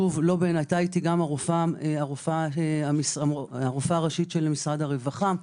הייתה אתי גם הרופאה הראשית של משרד הרווחה,